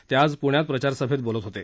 ते आज पुण्यात प्रचारसभेत बोलत होते